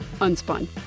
Unspun